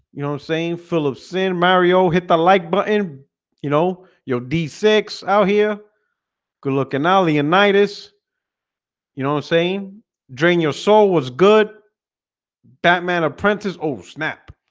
you know same full of sin mario hit the like button you know your d six out here good. look at now the unitas you know saying drain your soul was good batman apprentice. oh snap